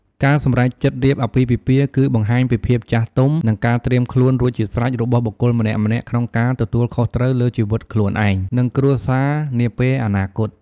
ការសម្រេចចិត្តរៀបអាពាហ៍ពិពាហ៍ គឺបង្ហាញពីភាពចាស់ទុំ និងការត្រៀមខ្លួនរួចជាស្រេចរបស់បុគ្គលម្នាក់ៗក្នុងការទទួលខុសត្រូវលើជីវិតខ្លួនឯង និងគ្រួសារនាពេលអនាគត។